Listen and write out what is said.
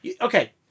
Okay